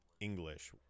English